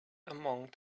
among